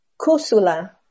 Kusula